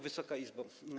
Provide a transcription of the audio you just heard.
Wysoka Izbo!